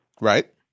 Right